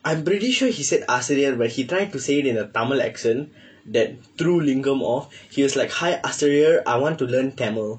I'm pretty sure he said ஆசிரியர்:aasiriyar but he tried to say it in a tamil accent that threw lingam off he was like hi ஆசிரியர்:aasiriyar I want to learn tamil